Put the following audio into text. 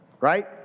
right